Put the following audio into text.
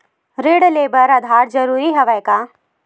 ऋण ले बर आधार जरूरी हवय का?